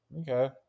Okay